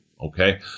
okay